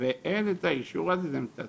ואין את האישור הזה, זה מתסכל.